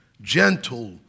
gentle